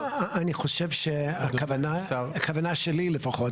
אני חושב שהכוונה שלי לפחות,